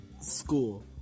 school